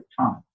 time